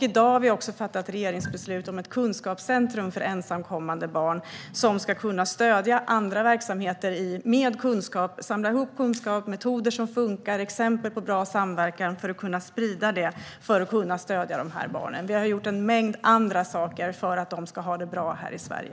I dag har vi också fattat ett regeringsbeslut om ett kunskapscentrum för ensamkommande barn som ska kunna stödja andra verksamheter med kunskap, samla ihop kunskap, metoder som fungerar och exempel på bra samverkan för att kunna sprida det för att kunna stödja dessa barn. Vi har också gjort en mängd andra saker för att de ska ha det bra här i Sverige.